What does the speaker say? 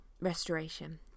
restoration